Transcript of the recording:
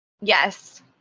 Yes